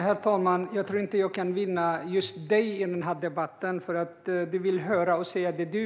Herr talman! Jag tror inte att jag kan vinna just Lorentz Tovatt i den här debatten. Han hör och säger det